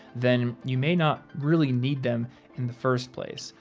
then you may not really need them in the first place.